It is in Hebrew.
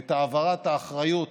את העברת האחריות